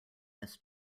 this